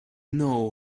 know